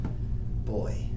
boy